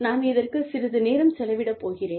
நான் இதற்குச் சிறிது நேரம் செலவிடப் போகிறேன்